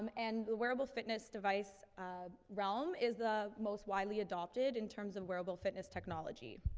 um and the wearable fitness device, ah, realm is the most widely adopted in terms of wearable fitness technology.